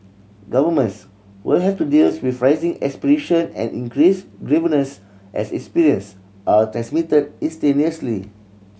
governments will have to deals with rising aspiration and increased grievance as experience are transmitted instantaneously